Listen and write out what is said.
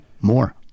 more